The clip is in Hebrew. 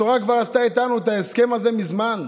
התורה כבר עשתה איתנו את ההסכם הזה מזמן: